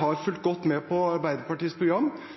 har fulgt godt med på Arbeiderpartiets program,